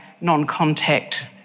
non-contact